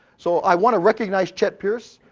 so i wanna recognize chet pierce.